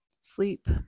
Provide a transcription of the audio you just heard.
sleep